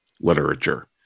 literature